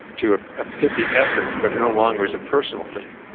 to ah a piffy essences but it no longer is a personal thing.